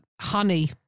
Honey